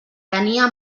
tenia